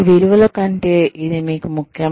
మీ విలువల కంటే ఇది మీకు ముఖ్యమా